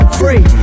free